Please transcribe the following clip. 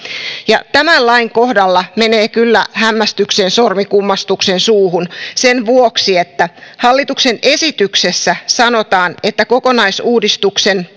tämän lain kohdalla menee kyllä hämmästyksen sormi kummastuksen suuhun sen vuoksi että hallituksen esityksessä sanotaan että kokonaisuudistuksen